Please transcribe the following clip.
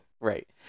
Right